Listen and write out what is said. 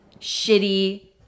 shitty